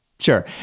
Sure